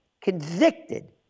convicted